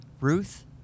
Ruth